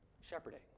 shepherding